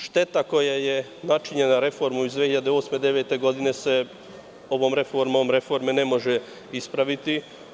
Šteta koja je načinjena, reforma iz 2008, 2009. godine se ovom reformom reforme ne može ispraviti.